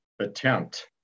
attempt